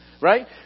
right